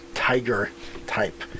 tiger-type